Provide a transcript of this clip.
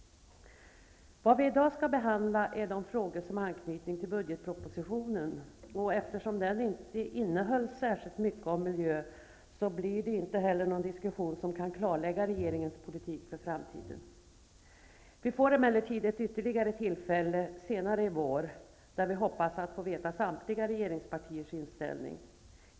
Vad vi i dag skall behandla är de frågor som har anknytning till budgetpropositionen. Eftersom den inte innehöll särskilt mycket om miljö blir det inte heller någon diskussion som kan klarlägga regeringens politik för framtiden. Vi får emellertid ytterligare ett tillfälle senare i vår, där vi hoppas få veta samtliga regeringspartiers inställning.